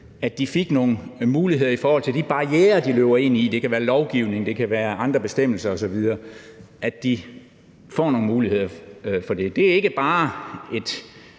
øer, fik nogle muligheder i forhold til de barrierer, de løber ind i – det kan være lovgivning, det kan være andre bestemmelser osv. Det er ikke bare et